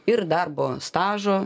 ir darbo stažo